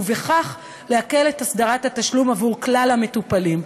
ובכך להקל את הסדרת התשלום לגבי כלל המטופלים.